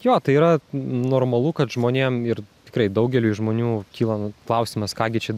jo tai yra normalu kad žmonėm ir tikrai daugeliui žmonių kyla klausimas ką gi čia